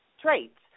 traits